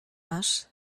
masz